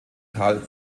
karl